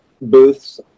booths